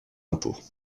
impôts